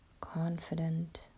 confident